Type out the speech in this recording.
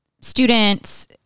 students